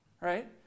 right